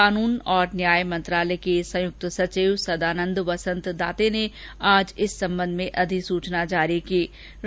कानून और न्याय मंत्रालय के संयुक्त सचिव सदानंद वसंत दाते ने आज इस संबंध में अधिसूचना जारी कर दी